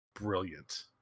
brilliant